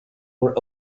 were